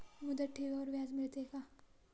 मुदत ठेवीवर व्याज मिळेल का?